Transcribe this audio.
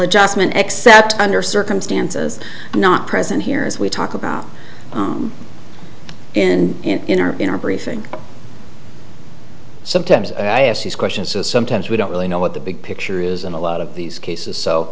adjustment except under circumstances not present here as we talk about and in our in our briefing sometimes i ask these questions so sometimes we don't really know what the big picture is and a lot of these cases so